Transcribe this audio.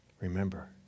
Remember